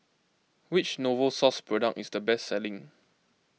which Novosource product is the best selling